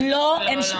לא.